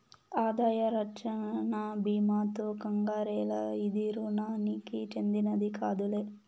ఆదాయ రచ్చన బీమాతో కంగారేల, ఇది రుణానికి చెందినది కాదులే